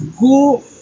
go